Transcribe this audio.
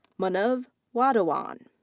manav wadhawan.